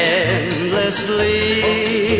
endlessly